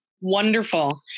Wonderful